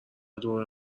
دوباره